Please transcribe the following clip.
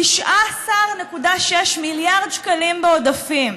19.6 מיליארד שקלים בעודפים.